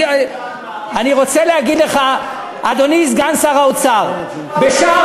אני רוצה להגיד לך, אדוני סגן שר האוצר, בשער